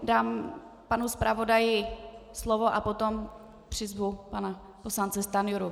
Dám panu zpravodaji slovo a potom přizvu pana poslance Stanjuru.